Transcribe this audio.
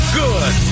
good